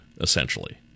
essentially